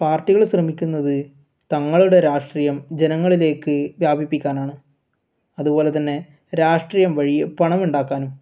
പാർട്ടികൾ ശ്രമിക്കുന്നത് തങ്ങളുടെ രാഷ്ട്രീയം ജനങ്ങളിലേക്ക് വ്യാപിപ്പിക്കാനാണ് അതുപോലെ തന്നെ രാഷ്ട്രീയം വഴി പണം ഉണ്ടാക്കാനും